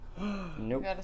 Nope